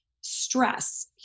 stress